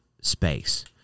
space